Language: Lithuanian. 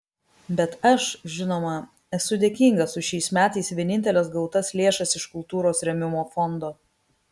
bet aš žinoma esu dėkingas už šiais metais vieninteles gautas lėšas iš kultūros rėmimo fondo